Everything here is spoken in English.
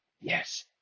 Yes